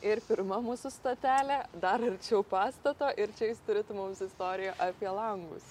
ir pirma mūsų stotelė dar arčiau pastato ir čia jūs turit mums istoriją apie langus